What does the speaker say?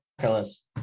fellas